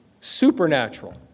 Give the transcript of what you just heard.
Supernatural